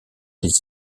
des